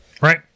Right